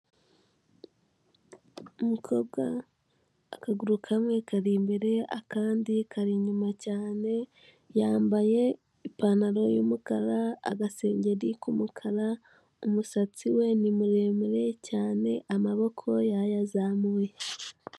Umukobwa akaguru kamwe kari imbere akandi kari inyuma cyane, yambaye ipantaro y'umukara, agasengeri k'umukara, umusatsi we ni muremure cyane, amaboko yayazamuye.